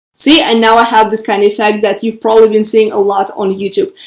see, i now ah have this kind of effect that you've probably been seeing a lot on youtube,